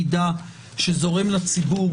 מבחינת מידע שזורם לציבור,